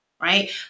right